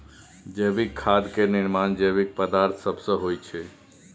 जैविक खाद केर निर्माण जैविक पदार्थ सब सँ होइ छै